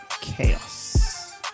Chaos